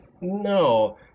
no